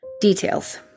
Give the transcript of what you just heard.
Details